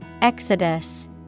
Exodus